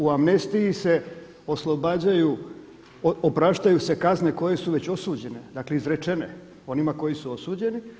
U amnestiji se oslobađaju, opraštaju se kazne koje su već osuđene, dakle izrečene onima koji su osuđeni.